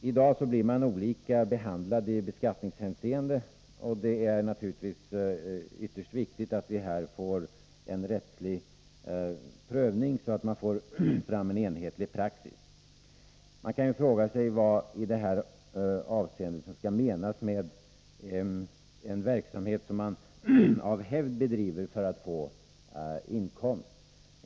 I dag blir man olika behandlad i beskattningshänseende, och det är naturligtvis ytterst viktigt att vi här får en rättslig prövning, så att man får fram en enhetlig praxis. Man kan ju fråga sig vad som i det här avseendet menas med en verksamhet som man ”av hävd” bedriver för att få inkomst.